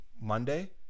Monday